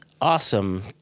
awesome